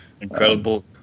incredible